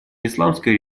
исламская